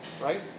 right